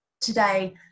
today